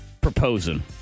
proposing